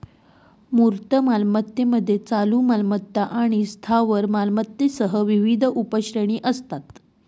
मूर्त मालमत्तेमध्ये चालू मालमत्ता आणि स्थावर मालमत्तेसह विविध उपश्रेणी असतात